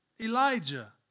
Elijah